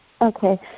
Okay